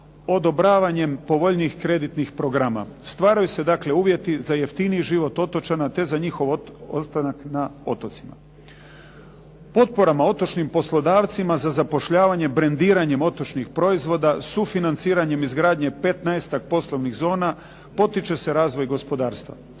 odobravanjem povoljnijih kreditnih programa. Stvaraju se dakle uvjeti za jeftiniji život otočana, te za njihov ostanak na otocima. Potporama otočnim poslodavcima za zapošljavanje brendiranjem otočnih proizvoda, sufinanciranjem izgradnje 15-ak poslovnih zona, potiče se razvoj gospodarstva.